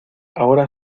ahora